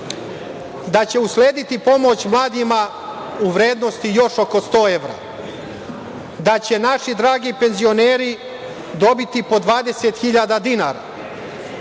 da će uslediti pomoć mladima u vrednosti još oko sto evra, da će naši dragi penzioneri dobiti po 20.000 dinara,